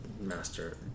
Master